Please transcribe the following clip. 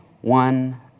one